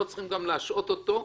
לא צריכים להשעות אותו,